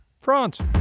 France